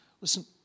listen